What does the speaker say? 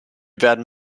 werden